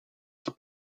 qui